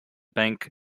bank